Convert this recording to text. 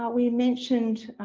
ah we mentioned,